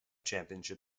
championship